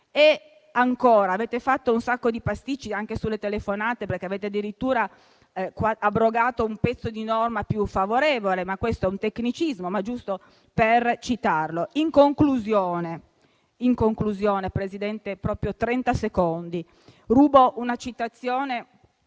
Ancora: avete fatto un sacco di pasticci anche sulle telefonate, perché avete addirittura abrogato un pezzo di norma più favorevole, ma questo è un tecnicismo, giusto per citarlo. In conclusione, Presidente - proprio trenta secondi - rubo una citazione